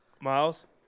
Miles